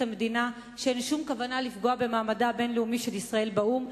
המדינה שאין שום כוונה לפגוע במעמדה הבין-לאומי של ישראל באו"ם,